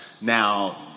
Now